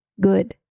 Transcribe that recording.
good